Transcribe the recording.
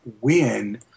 win